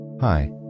Hi